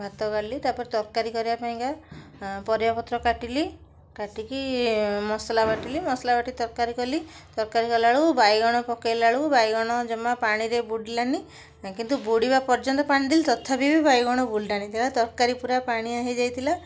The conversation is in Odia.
ଭାତ ଗାଳିଲି ତା'ପରେ ତରକାରୀ କରିବା ପାଇଁକା ପରିବାପତ୍ର କାଟିଲି କାଟିକି ଏ ମସଲା ବାଟିଲି ମସଲା ବାଟିକି ତରକାରୀ କଲି ତରକାରୀ କଲାବେଳକୁ ବାଇଗଣ ପକାଇଲା ବେଳକୁ ବାଇଗଣ ଜମା ପାଣିରେ ବୁଡ଼ିଲାନି କିନ୍ତୁ ବୁଡ଼ିବା ପର୍ଯ୍ୟନ୍ତ ପାଣି ଦେଲି ତଥାପି ବି ବାଇଗଣ ବୁଡ଼ିଲାନି ଯାହା ତରକାରୀ ପୂରା ପାଣିଆ ହେଇଯାଇଥିଲା